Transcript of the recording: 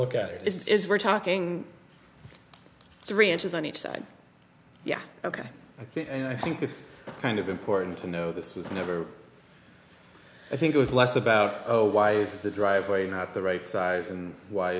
look at it is we're talking three inches on each side yeah ok you know i think it's kind of important to know this was never i think it was less about oh why is the driveway not the right size and why